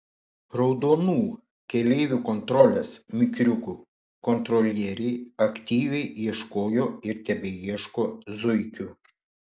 raudonų keleivių kontrolės mikriukų kontrolieriai aktyviai ieškojo ir tebeieško zuikių